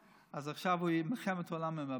אז עכשיו הוא יהיה במלחמת עולם עם הבדואים.